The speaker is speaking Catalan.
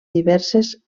diverses